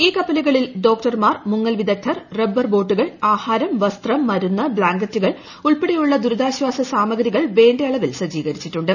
ഈ കപ്പലുകളിൽ ഡോക്ടർമാർ മുങ്ങൽ വിദഗ്ദ്ധർ റബ്ബർ ബോട്ടുകൾ ആഹാരം വസ്ത്രം മരുന്ന് ബ്ലാങ്കറ്റുകൾ ഉൾപ്പെടെയുള്ള ദുരിതാശ്വാസ സാമഗ്രികൾ വേണ്ട അളവിൽ സജ്ജീകരിച്ചിട്ടുണ്ട്